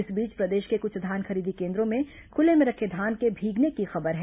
इस बीच प्रदेश के कुछ धान खरीदी केन्द्रों में खुले में रखे धान के भीगने की खबर है